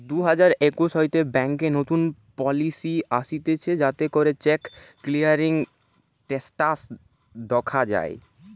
দুই হাজার একুশ হইতে ব্যাংকে নতুন পলিসি আসতিছে যাতে করে চেক ক্লিয়ারিং স্টেটাস দখা যায়